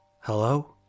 hello